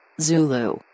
Zulu